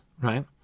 right